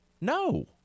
No